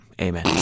Amen